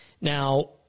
Now